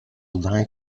lied